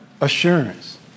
assurance